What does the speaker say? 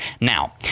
Now